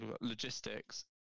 logistics